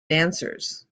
dancers